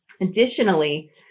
Additionally